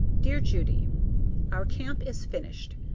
dear judy our camp is finished,